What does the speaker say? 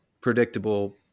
predictable